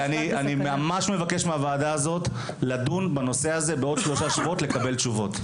אני ממש מבקש מהוועדה לדון בנושא הזה בעוד שלושה שבועות ולקבל תשובות.